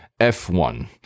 F1